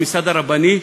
בממסד הרבני,